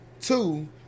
Two